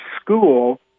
school